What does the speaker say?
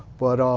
but